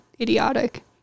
idiotic